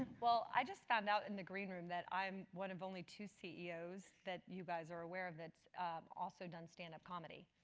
well, i just fond out in the green room that i am one of only two ceo's that you guys are aware of that has also done standup comedy.